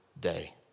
day